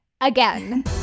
Again